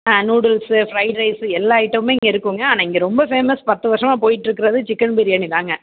ஆ noodles fried rice எல்லா ஐட்டமே இங்கே இருக்குங்க ஆனால் இங்கே ரொம்ப ஃபேமஸ் பத்து வருடமா போயிட்டுருக்குறது சிக்கன் பிரியாணி தாங்க